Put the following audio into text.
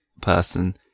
person